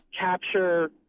capture